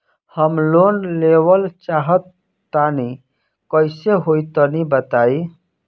हम लोन लेवल चाहऽ तनि कइसे होई तनि बताई?